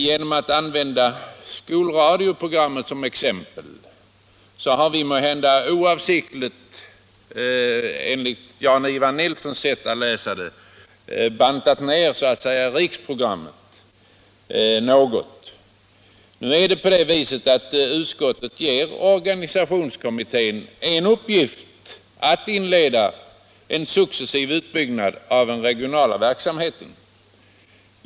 Genom att använda skolradioprogram som exempel har vi måhända oavsiktligt, enligt Jan-Ivan Nilssons sätt att läsa, så att säga bantat ner riksprogrammet något. Utskottet ger emellertid organisationskommittén uppgiften att inleda en successiv utbyggnad av den regionala verksamheten.